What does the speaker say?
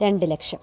രണ്ട് ലക്ഷം